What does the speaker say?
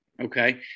Okay